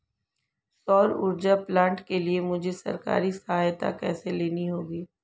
सौर ऊर्जा प्लांट के लिए मुझे सरकारी सहायता कैसे लेनी होगी?